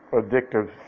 addictive